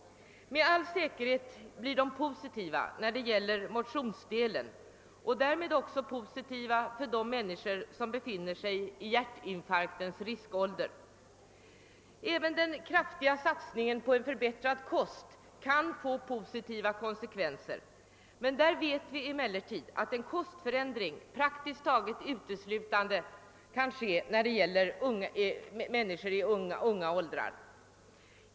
Med all säkerhet blir de positiva i fråga om motionsdelen och därmed också av värde för de människor som befinner sig i hjärtinfarktens riskålder. Även den kraftiga satsningen på en förbättrad kost kan få positiva följder. Där vet vi emellertid att en kostförändring kan åstadkommas praktiskt taget uteslutande när det gäller unga människor.